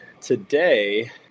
today